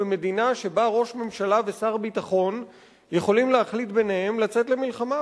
במדינה שבה ראש ממשלה ושר ביטחון יכולים להחליט ביניהם לצאת למלחמה,